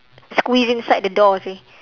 squeeze inside the door seh